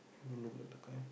don't look like that kind